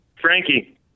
Frankie